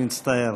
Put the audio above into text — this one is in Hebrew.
אני מצטער,